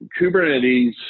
Kubernetes